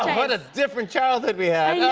what a different childhood we yeah yeah